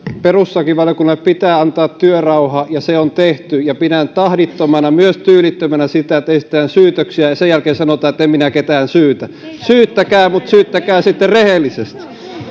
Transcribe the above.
perustuslakivaliokunnalle pitää antaa työrauha ja se on tehty pidän tahdittomana myös tyylittömänä sitä että esitetään syytöksiä ja sen jälkeen sanotaan että en minä ketään syytä syyttäkää mutta syyttäkää sitten rehellisesti